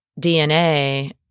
DNA